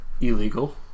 Illegal